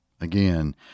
Again